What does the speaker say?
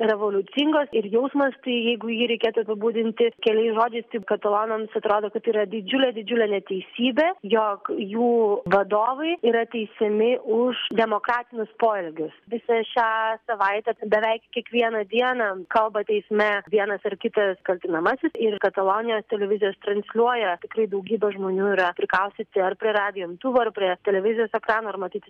revoliucingos ir jausmas tai jeigu jį reikėtų apibūdinti keliais žodžiais tai katalonams atrodo kad tai yra didžiulė didžiulė neteisybė jog jų vadovai yra teisiami už demokratinius poelgius visą šią savaitę beveik kiekvieną dieną kalba teisme vienas ar kitas kaltinamasis ir katalonijos televizijos transliuoja tikrai daugybė žmonių yra prikaustyti ar prie radijo imtuvų ar prie televizijos ekranų ir matyti